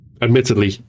Admittedly